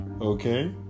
Okay